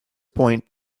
point